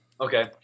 Okay